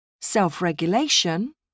Self-regulation